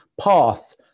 path